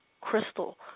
crystal